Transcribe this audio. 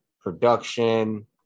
production